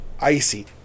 Icy